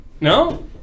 No